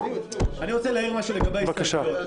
אני רוצה להעיר משהו לגבי ההסתייגויות.